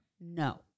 no